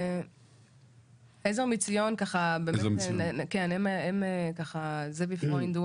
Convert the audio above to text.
עזר מציון הם ככה, זאביק פרוייד.